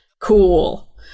Cool